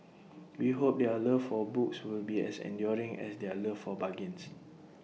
we hope their love for books will be as enduring as their love for bargains